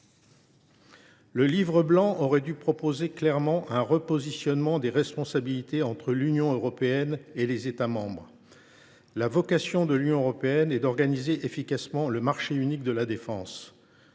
Le livre blanc aurait dû proposer clairement un repositionnement des responsabilités entre l’Union européenne et les États membres. La vocation de l’Union européenne est d’organiser efficacement le marché unique de la défense.